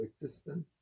existence